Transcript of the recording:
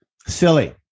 Silly